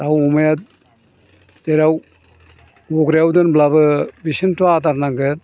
दाव अमाया जेराव गग्रायाव दोनब्लाबो बिसोरनोथ' आदार नांगोन